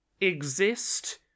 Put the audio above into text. exist